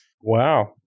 Wow